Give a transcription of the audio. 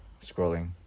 scrolling